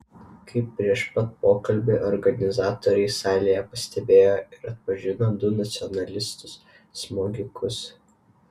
kaip prieš pat pokalbį organizatoriai salėje pastebėjo ir atpažino du nacionalistus smogikus